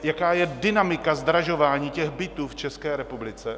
Jaká je dynamika zdražování bytů v České republice?